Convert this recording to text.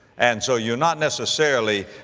and so, you're not necessarily,